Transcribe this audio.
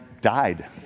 died